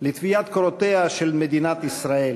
לטוויית קורותיה של מדינת ישראל,